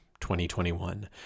2021